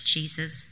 Jesus